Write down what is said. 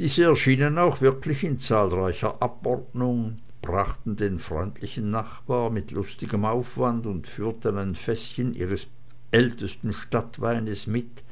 diese erschienen auch wirklich in zahlreicher abordnung brachten den freundlichen nachbar mit lustigem aufwand und führten ein fäßchen ihres ältesten stadtweines mit